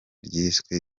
ryiswe